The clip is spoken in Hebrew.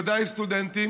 בוודאי בקרב סטודנטים,